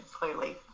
clearly